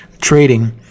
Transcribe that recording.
trading